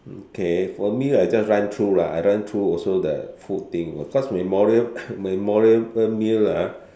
okay for me I just run through lah I run through also the food thing because memora~ memorable meal ah